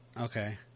Okay